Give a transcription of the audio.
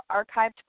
archived